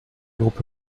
gruppe